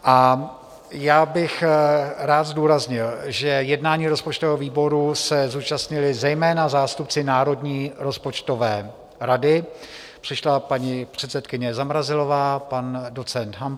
A já bych rád zdůraznil, že jednání rozpočtového výboru se zúčastnili zejména zástupci Národní rozpočtové rady, přišla paní předsedkyně Zamrazilová, pan docent Hampl.